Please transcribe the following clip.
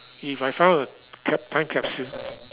if I found a cap~ time capsule